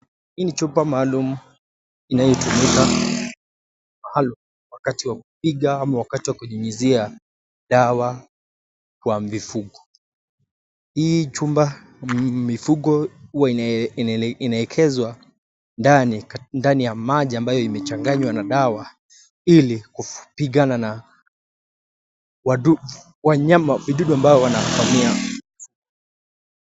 Hii ni chumba maalumu inayotumika maalum wakati wakupiga ama kunyunyizia dawa kwa mifugo. Hii chumba mifugo huwa inaekezwa ndani ya maji ambayo imechanganywa na dawa ili kupigana na vidudu ambao wanafanyia...